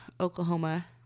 Oklahoma